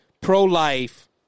Pro-life